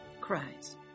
cries